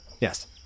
Yes